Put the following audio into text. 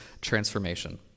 transformation